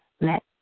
let